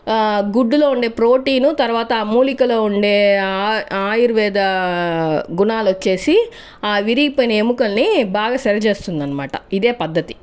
గుడ్డులో ఉండే ప్రోటీను తర్వాత ఆ మూలికలో ఉండే ఆ ఆయుర్వేద గుణాలొచ్చేసి విరిగిపోయిన ఎముకల్ని బాగా సరి చేస్తుందన్మాట ఇదే పద్దతి